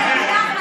לווריאנטים?